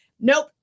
Nope